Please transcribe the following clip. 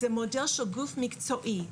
זה מודל של גוף מקצועי.